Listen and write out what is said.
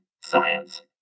Science